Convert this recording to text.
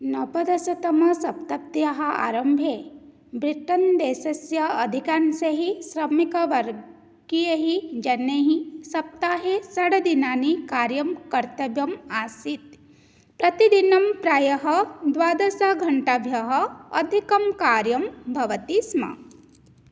नवदशतमशताब्द्याः आरम्भे ब्रिटन् देशस्य अधिकांशैः श्रमिकवर्गीयैः जनैः सप्ताहे षड्दिनानि कार्यं कर्तव्यम् आसीत् प्रतिदिनं प्रायः द्वादशघण्टाभ्यः अधिकं कार्यं भवति स्म